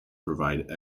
provide